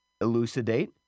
Elucidate